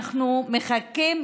אנחנו מחכים.